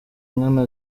nkana